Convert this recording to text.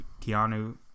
Keanu